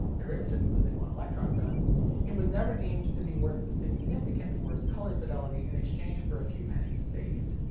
really just losing one electron gun it was never deemed to be worth the significantly worse color fidelity in exchange for a few pennies saved.